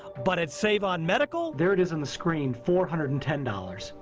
but at save on medical there it is on the screen. four hundred and ten dollars.